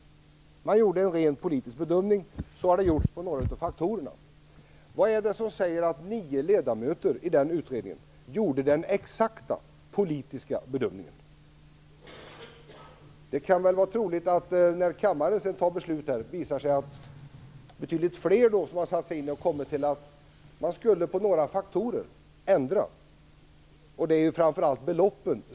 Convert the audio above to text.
Man gjorde en rent politisk bedömning av faktorerna. Vad är det som säger att dessa nio ledamöter gjorde den exakta politiska bedömningen? När kammaren sedan skall fatta beslut kan det visa sig att betydligt flera har satt sig in i frågan och kommit fram till att det borde ändras på vissa faktorer och framför allt då beloppen.